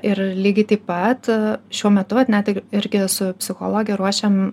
ir lygiai taip pat šiuo metu vat net irgi su psichologe ruošiam